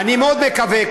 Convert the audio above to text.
אני מאוד מקווה,